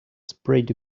sprayed